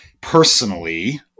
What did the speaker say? personally